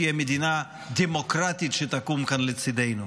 תהיה מדינה דמוקרטית שתקום כאן לצידנו.